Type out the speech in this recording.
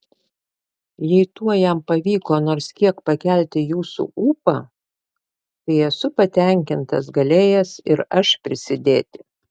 jei tuo jam pavyko nors kiek pakelti jūsų ūpą tai esu patenkintas galėjęs ir aš prisidėti